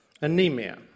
Anemia